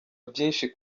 byinshi